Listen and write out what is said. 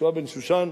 ישועה בן-שושן,